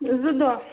زٕ دۄہ